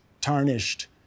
tarnished